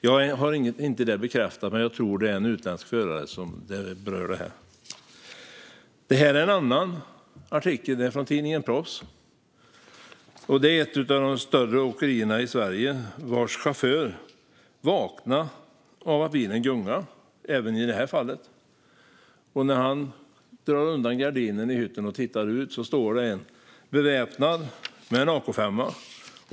Jag har det inte bekräftat, men jag tror att det handlar om en utländsk förare. Jag har också med mig en annan artikel från tidningen Proffs. En chaufför vid ett av de större åkerierna i Sverige vaknar av att bilen gungar - även i det här fallet. När han drar undan gardinen i hytten och tittar ut står det en där beväpnad med en AK5.